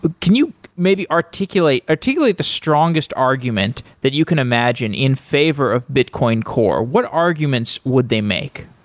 but can you maybe articulate articulate the strongest argument that you can imagine in favor of bitcoin core? what arguments would they make?